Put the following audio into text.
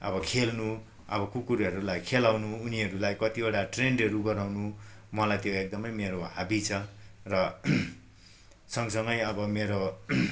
अब खेल्नु अब कुकुरहरूलाई खेलाउनु उनीहरूलाई कतिवटा ट्रेन्डहरू गराउनु मलाई त्यो एकदमै मेरो त्यो हाबी छ र सँगसँगै अब मेरो